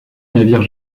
navires